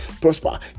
prosper